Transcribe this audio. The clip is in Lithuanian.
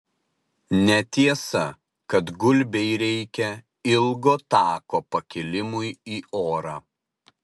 netiesa kad gulbei reikia ilgo tako pakilimui į orą